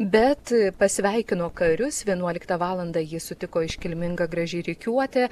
bet pasveikino karius vienuoliktą valandą jį sutiko iškilminga graži rikiuotė